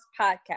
podcast